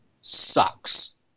sucks